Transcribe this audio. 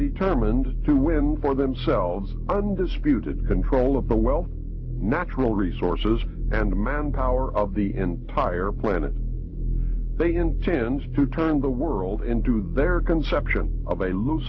determined to win for themselves undisputed control of the well natural resources and manpower of the entire planet they intends to turn the world into their conception of a loose